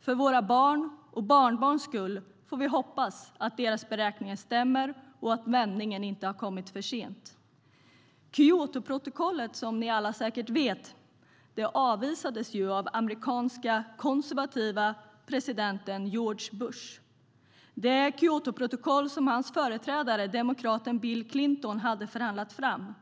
För våra barns och barnbarns skull får vi hoppas att deras beräkningar stämmer och att vändningen inte har kommit för sent. Som ni alla säkert vet avvisades Kyotoprotokollet av den amerikanska, konservativa presidenten George Bush. Det var det Kyotoprotokoll hans företrädare, demokraten Bill Clinton, hade förhandlat fram